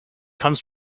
comes